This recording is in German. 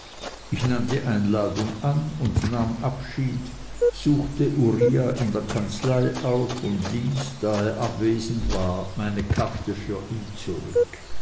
ich nahm die einladung an und nahm abschied suchte uriah in der kanzlei auf und ließ da er abwesend war meine karte für ihn zurück